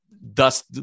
thus